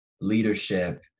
leadership